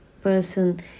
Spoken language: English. person